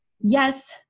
Yes